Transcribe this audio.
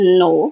no